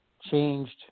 changed